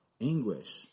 anguish